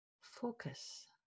focus